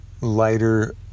lighter